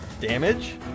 damage